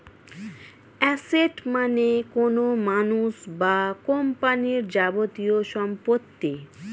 asset মানে কোনো মানুষ বা কোম্পানির যাবতীয় সম্পত্তি